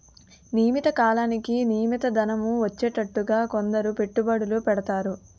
నియమిత కాలానికి నియమిత ధనం వచ్చేటట్టుగా కొందరు పెట్టుబడులు పెడతారు